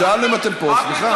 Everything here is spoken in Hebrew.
שאלנו אם אתם פה, סליחה.